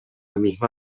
misma